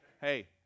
Hey